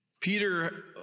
Peter